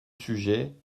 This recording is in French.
sujet